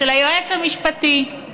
של היועץ המשפטי,